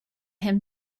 him